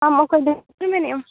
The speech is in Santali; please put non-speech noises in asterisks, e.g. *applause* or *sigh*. ᱟᱢ ᱚᱠᱚᱭ *unintelligible* ᱢᱮᱱᱮᱫᱼᱟᱢ